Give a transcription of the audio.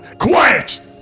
QUIET